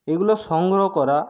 এগুলো সংগ্রহ করা